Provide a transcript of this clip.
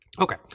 Okay